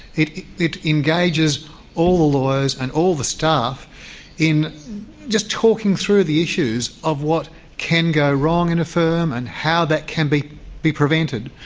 it it engages all the lawyers and all the staff in just talking through the issues of what can go wrong in a firm, and how that can be be prevented.